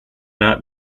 not